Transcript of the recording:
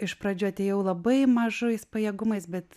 iš pradžių atėjau labai mažais pajėgumais bet